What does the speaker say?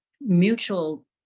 mutual